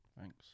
Thanks